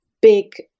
big